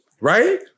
right